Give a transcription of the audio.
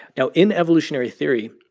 now, in evolutionary theory,